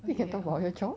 you can talk about your job